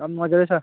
ꯌꯥꯝ ꯅꯨꯡꯉꯥꯏꯖꯔꯦ ꯁꯥꯔ